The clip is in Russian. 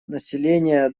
население